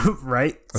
Right